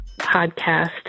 podcast